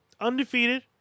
undefeated